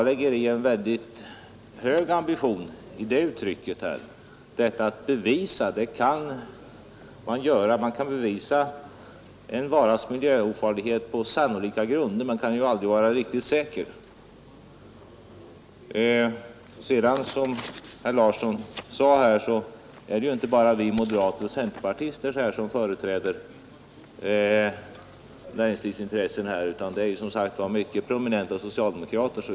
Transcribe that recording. Jag lägger in en väldigt hög ambition i detta begrepp. Man kan bevisa en varas miljöofarlighet på sannolika grunder — man kan ju aldrig vara riktigt säker. Sedan är det som herr Larsson i Borrby sade inte bara moderater och centerpartister som företräder näringslivets intressen här, utan det är också mycket prominenta socialdemokrater.